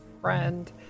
friend